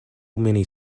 many